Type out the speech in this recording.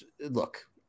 look